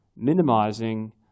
minimizing